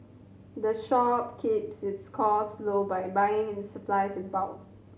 the shop keeps its cost low by buying its supplies in bulk